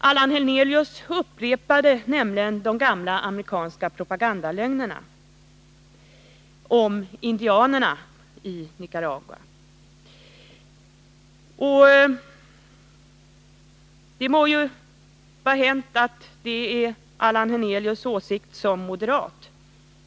Allan Hernelius upprepade de gamla amerikanska propagandalögnerna om indianerna i Nicaragua. Det må ju vara hänt att det är Allan Hernelius åsikt som moderat.